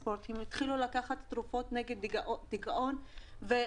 לעשות ספורט ושהם התחילו לקחת תרופות נגד דיכאון וחרדה.